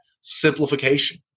simplification